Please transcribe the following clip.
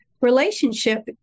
relationship